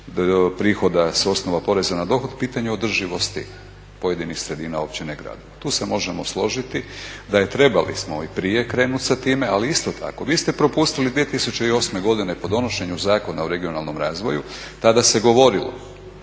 prihoda s osnova poreza na dohodak, pitanje održivosti pojedinih sredina, općina i gradova. Tu se možemo složiti, da trebali smo i prije krenuti sa time. Ali isto tako vi ste propustili 2008. godine po donošenju Zakona o regionalnom razvoju tada se govorilo